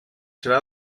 serà